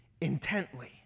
intently